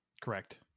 Correct